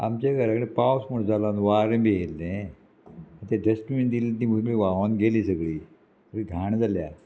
आमच्या घरा कडेन पावस म्हण जाला आनी वारें बी येयल्लें तें डस्टबीन दिल्लीं तीं खंय खंय व्हांवोन गेलीं सगळीं सगळी घाण जाल्या